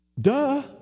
Duh